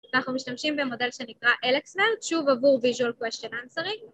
‫ואנחנו משתמשים במודל שנקרא אלקסמרט, ‫שוב עבור ויז'ול קוויישן אנסרי.